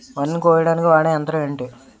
వరి ని కోయడానికి వాడే యంత్రం ఏంటి?